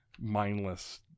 mindless